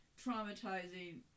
traumatizing